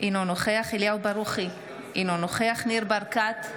אינו נוכח אליהו ברוכי, אינו נוכח ניר ברקת,